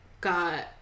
got